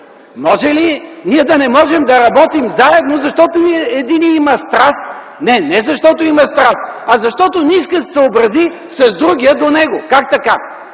Може ли ние да не можем да работим заедно, защото единият има страст – не, не защото има страст, а защото не иска да се съобрази с другия до него? Как така,